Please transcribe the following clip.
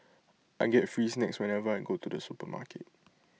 I get free snacks whenever I go to the supermarket